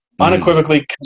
unequivocally